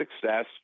success